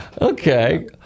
Okay